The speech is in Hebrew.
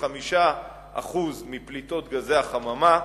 55% מפליטות גזי החממה.